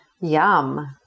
Yum